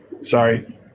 sorry